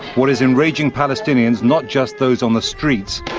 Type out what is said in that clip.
what is enraging palestinians, not just those on the streets,